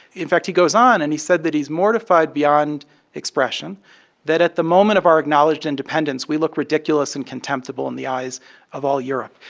in fact, he goes on, and he said that he's mortified beyond expression that at the moment of our acknowledged independence, we look ridiculous and contemptible in the eyes of all europe.